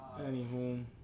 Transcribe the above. Anywho